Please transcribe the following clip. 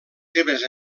seves